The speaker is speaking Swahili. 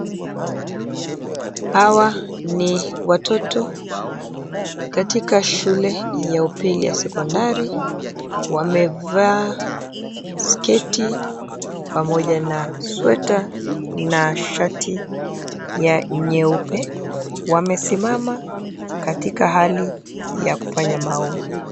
Hawa ni watoto katika shule ya upili ya sekondari . Wamevaa sketi pamoja na sweta na shati ya nyeupe. Wamesimama katika hali ya kufanya maombi.